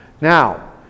Now